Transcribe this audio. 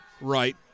right